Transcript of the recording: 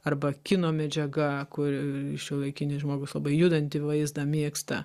arba kino medžiaga kur šiuolaikinis žmogus labai judantį vaizdą mėgsta